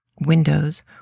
Windows